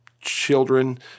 children